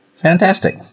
Fantastic